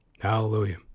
Hallelujah